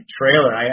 trailer